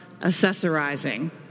accessorizing